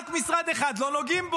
רק cמשרד אחד שלא נוגעים,